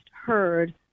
heard